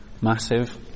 massive